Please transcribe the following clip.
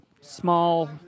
Small